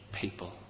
people